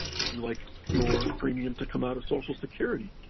would you like your premium to come out of social security?